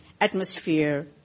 atmosphere